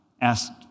asked